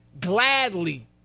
gladly